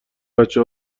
بچه